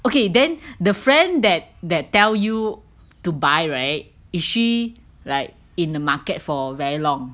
okay then the friend that that tell you to buy right is she like in the market for very long